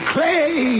Clay